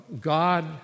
God